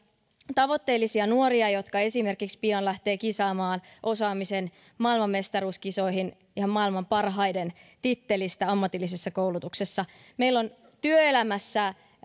tavoitteellisia nuoria jotka esimerkiksi pian lähtevät kisaamaan osaamisen maailmanmestaruuskisoihin ihan maailman parhaiden titteleistä ammatillisessa koulutuksessa meillä on työelämässä